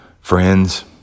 friends